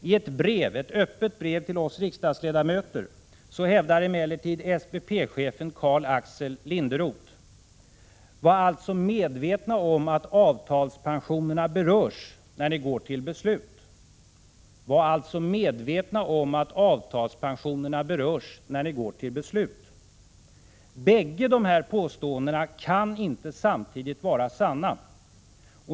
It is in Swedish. I ett öppet brev till oss riksdagsledamöter hävdar emellertid SPP-chefen Karl-Axel Linderoth: ”Var alltså medvetna om att avtalspensionerna berörs när ni går till beslut.” Var alltså medvetna om att avtalspensionerna berörs när ni går till beslut. Bägge dessa påståenden kan inte samtidigt vara sanna.